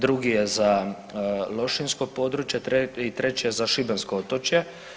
Drugi je za lošinjsko područje i treći je za šibensko otočje.